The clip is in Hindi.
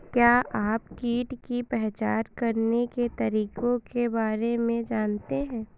क्या आप कीट की पहचान करने के तरीकों के बारे में जानते हैं?